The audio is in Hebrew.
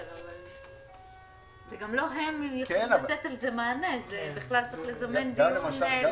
לכן יש כאן עבודה מועדפת.